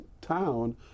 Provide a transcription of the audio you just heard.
town